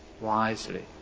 wisely